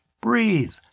breathe